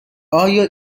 آیا